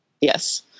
yes